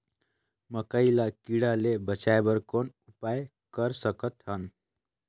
मकई ल कीड़ा ले बचाय बर कौन उपाय कर सकत हन?